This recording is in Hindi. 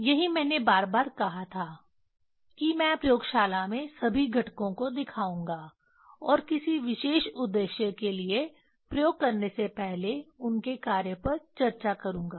यही मैंने बार बार कहा था कि मैं प्रयोगशाला में सभी घटकों को दिखाऊंगा और किसी विशेष उद्देश्य के लिए प्रयोग करने से पहले उनके कार्य पर चर्चा करूंगा